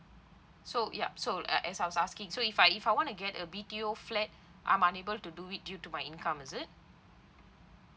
so yup so uh as I was asking so if I if I wanna get a B_T_O flat I'm unable to do it due to my income is it